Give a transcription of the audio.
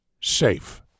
safe